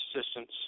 assistance